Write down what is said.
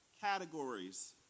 categories